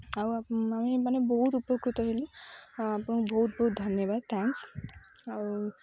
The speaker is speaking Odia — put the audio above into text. ଆଉ ଆମେ ମାନେ ବହୁତ ଉପକୃତ ହେଲୁ ଆଉ ଆପଣଙ୍କୁ ବହୁତ ବହୁତ ଧନ୍ୟବାଦ ଥ୍ୟାଙ୍କ୍ସ ଆଉ